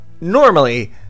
Normally